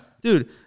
Dude